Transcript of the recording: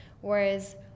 whereas